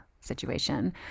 situation